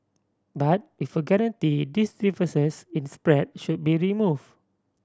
but with a guarantee this difference in spread should be remove